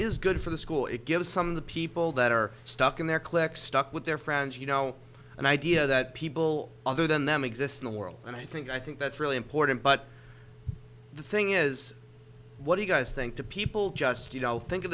is good for the school it gives some of the people that are stuck in their cliques stuck with their friends you know an idea that people other than them exist in the world and i think i think that's really important but the thing is what you guys think that people just you know think